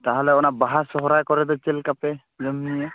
ᱛᱟᱦᱚᱞᱮ ᱚᱱᱟ ᱵᱟᱦᱟ ᱥᱚᱨᱦᱟᱭ ᱠᱚᱨᱮ ᱫᱚ ᱪᱮᱫ ᱞᱮᱠᱟ ᱯᱮ ᱡᱚᱢ ᱧᱩᱭᱟ